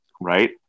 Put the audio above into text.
right